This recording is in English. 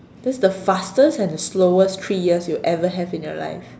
this the fastest and the slowest three years you ever have in your life